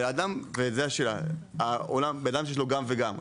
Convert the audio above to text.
זו השאלה אדם שיש לו גם וגם ,